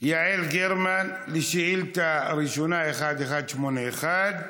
יעל גרמן לשאילתה ראשונה, מס' 1181,